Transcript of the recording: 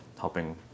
helping